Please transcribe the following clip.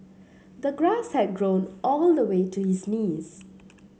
the grass had grown all the way to his knees